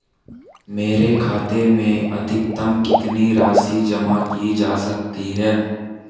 मेरे खाते में अधिकतम कितनी राशि जमा की जा सकती है?